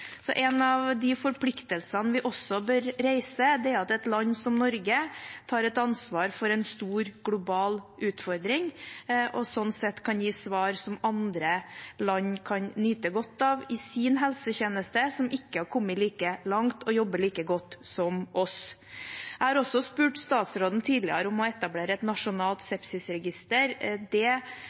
En forpliktelse et land som Norge bør påta seg, er å ta ansvar for en stor global utfordring, som sånn sett kan gi svar som andre land som ikke har kommet like langt og jobber like godt som oss, kan nyte godt av i sin helsetjeneste. Jeg har spurt statsråden tidligere om å etablere et nasjonalt sepsisregister. For å få de registrene må man jo gå tjenestevei, og det